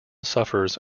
suffers